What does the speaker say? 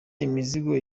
imizigo